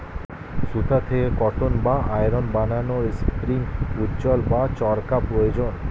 সুতা থেকে কটন বা ইয়ারন্ বানানোর স্পিনিং উঈল্ বা চরকা প্রয়োজন